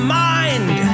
mind